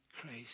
Christ